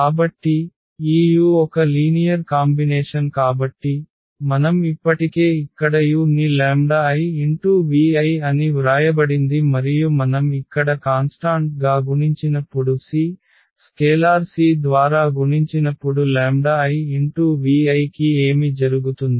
కాబట్టి ఈ u ఒక లీనియర్ కాంబినేషన్ కాబట్టి మనం ఇప్పటికే ఇక్కడ u ని ivi అని వ్రాయబడింది మరియు మనం ఇక్కడ కాన్స్టాంట్ గా గుణించినప్పుడు c స్కేలార్ c ద్వారా గుణించినప్పుడు ivi కి ఏమి జరుగుతుంది